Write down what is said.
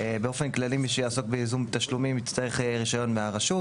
באופן כללי מי שיעסוק בייזום תשלום יצטרך רישיון מהרשות,